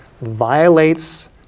violates